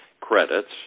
credits